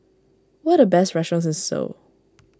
what are the best restaurants in Seoul